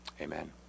Amen